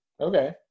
Okay